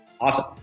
Awesome